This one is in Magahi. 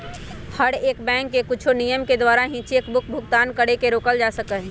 हर एक बैंक के कुछ नियम के द्वारा ही चेक भुगतान के रोकल जा सका हई